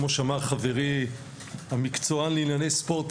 כמו שאמר חברי המקצוען לענייני ספורט,